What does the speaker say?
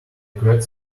great